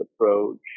approach